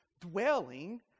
dwelling